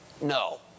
No